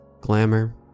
glamour